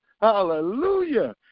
Hallelujah